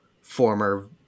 former